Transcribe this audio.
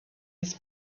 his